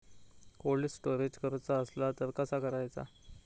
Cold storage करूचा असला तर कसा करायचा?